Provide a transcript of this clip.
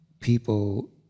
people